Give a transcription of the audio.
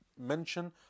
mention